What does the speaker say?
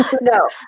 No